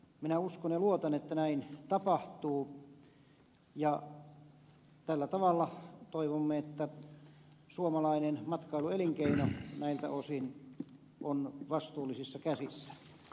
minä uskon ja luotan että näin tapahtuu ja tällä tavalla toivomme että suomalainen matkailuelinkeino näiltä osin on vastuullisissa käsissä